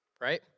right